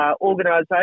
organisation